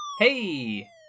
Hey